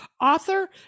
author